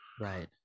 right